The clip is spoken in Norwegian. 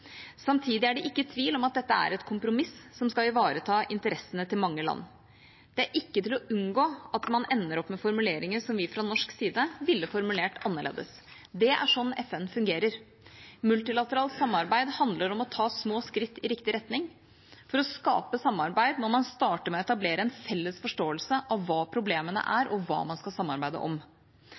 Samtidig er det ikke tvil om at dette er et kompromiss som skal ivareta interessene til mange land. Da er det ikke til å unngå at man ender opp med formuleringer som vi fra norsk side ville ha formulert annerledes. Det er slik FN fungerer. Multilateralt samarbeid handler om å ta små skritt i riktig retning. For å skape samarbeid må man starte med å etablere en felles forståelse av hva problemene er, og hva man skal samarbeide om.